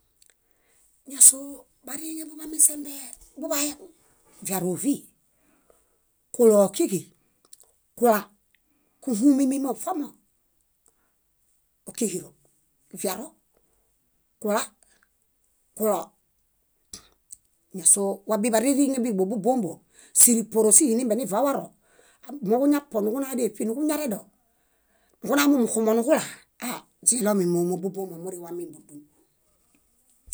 Ñásoo bariŋeḃuḃamisembe buḃaehũ: viaro óvii, kuloo ókiġi, kula kúhuumi mimoṗomo. Ókiġilo viro, kula, kuloo. Ñásoo wabiḃaririŋe bíḃi bóbubombo, síriipuõosihi nembenivawaro, muġuñapuõ nuġuna déṗi nuġuñarelo, nuġunamumuxumo nuġula, aɂ źiɭomi móomobubomo murĩwa min búdun.